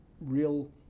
real